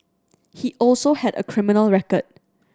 he also had a criminal record